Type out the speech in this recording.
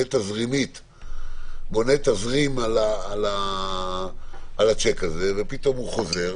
תזרימית על השיק הזה ופתאום הוא חוזר